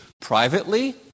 privately